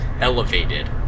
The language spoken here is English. elevated